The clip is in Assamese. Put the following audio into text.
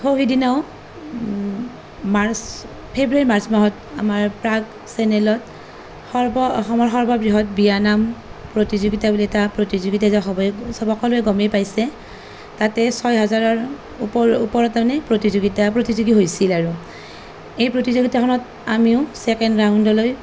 সৌ সিদিনাওঁ মাৰ্চ ফেব্ৰুৱাৰী মাৰ্চ মাহত আমাৰ প্ৰাগ চেনেলত সৰ্ব অসমৰ সৰ্ববৃহৎ বিয়ানাম প্ৰতিযোগিতা বুলি এটা প্ৰতিযোগিতা যে হ'বই সকলোৱে গমেই পাইছে তাতে ছয় হেজাৰৰ উপৰিও ওপৰত তাৰ মানে প্ৰতিযোগিতা প্ৰতিযোগী হৈছিল আৰু এই প্ৰতিযোগিতাখনত আমিও ছেকেণ্ড ৰাউণ্ডলৈ